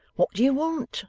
what do you want